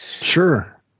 Sure